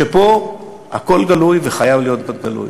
שפה הכול גלוי וחייב להיות גלוי.